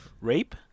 rape